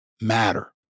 matter